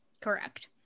correct